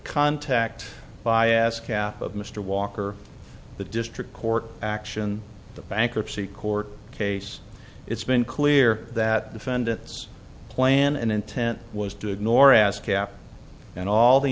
contact by ascap of mr walker the district court action the bankruptcy court case it's been clear that defendants plan and intent was to ignore ascap and all the